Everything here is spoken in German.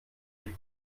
die